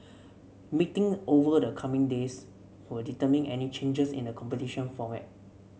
meeting over the coming days would determine any changes in the competition format